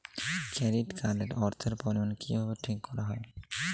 Credit card এর অর্থের পরিমান কিভাবে ঠিক করা হয়?